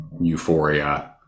euphoria